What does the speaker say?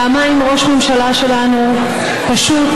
פעמיים ראש ממשלה שלנו פשוט,